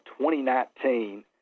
2019